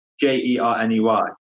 J-E-R-N-E-Y